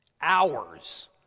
hours